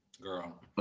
Girl